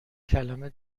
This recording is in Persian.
کلمه